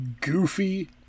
goofy